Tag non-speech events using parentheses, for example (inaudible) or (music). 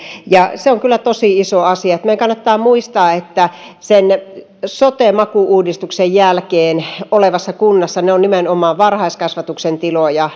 se on kyllä tosi iso asia ja meidän kannattaa muistaa että sote maku uudistuksen jälkeen olevassa kunnassa ne ovat nimenomaan varhaiskasvatuksen tiloja (unintelligible)